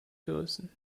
gerissen